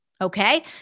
okay